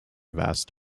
vast